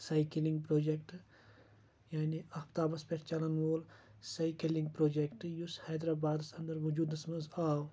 cycling project یعنِی آفتابَس پؠٹھ چَلن وُول سایٚکِلِنٛگ پرُوجَکٹ یُس ہیدراآبادَس اَنٛدر وُجُودَس منٛز آو